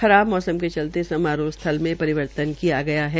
खराब मौसम के चलेते समारोह स्थल मे परिवर्तन किया गया है